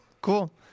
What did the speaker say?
cool